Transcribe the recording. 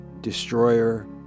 destroyer